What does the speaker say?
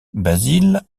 basile